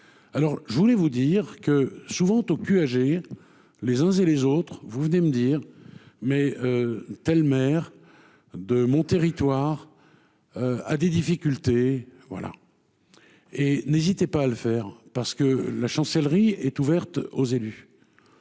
alors je voulais vous dire que souvent au cul agir les uns et les autres vous venez me dire, mais telle mère de mon territoire, à des difficultés, voilà et n'hésitez pas à le faire parce que la chancellerie est ouverte aux élus